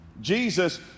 Jesus